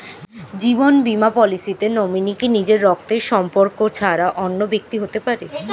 জীবন বীমা পলিসিতে নমিনি কি নিজের রক্তের সম্পর্ক ছাড়া অন্য ব্যক্তি হতে পারে?